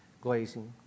glazing